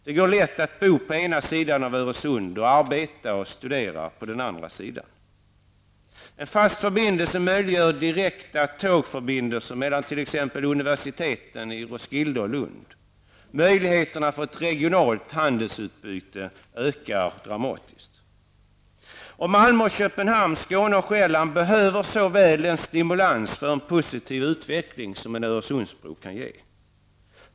Det går lätt att bo på den ena sidan av Öresund och arbeta och studera på den andra. En fast förbindelse möjliggör direkta tågförbindelser mellan t.ex. universiteten i Roskilde och Lund. Möjligheten till ett regionalt handelsutbyte ökar dramatiskt. Malmö--Köpenhamn, Skåne och Själland behöver så väl den stimulans för en positiv utveckling som en Öresundsbro kan ge.